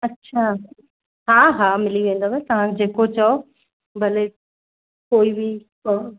अच्छा हा हा मिली वेंदव तव्हां जेको चयो भले कोई बि चयो